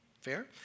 Fair